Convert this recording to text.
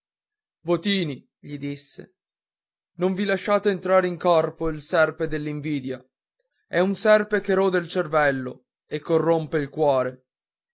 votini gli disse non vi lasciate entrare in corpo il serpe dell'invidia è un serpe che rode il cervello e corrompe il cuore